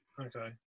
okay